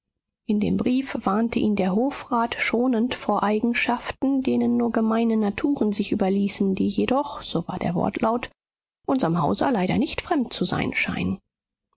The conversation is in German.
in dem brief warnte ihn der hofrat schonend vor eigenschaften denen nur gemeine naturen sich überließen die jedoch so war der wortlaut unserm hauser leider nicht fremd zu sein scheinen